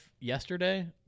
yesterday